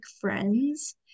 friends